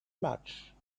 much